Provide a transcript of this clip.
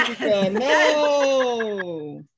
no